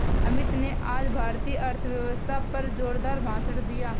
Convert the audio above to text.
अमित ने आज भारतीय अर्थव्यवस्था पर जोरदार भाषण दिया